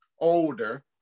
older